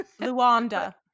Luanda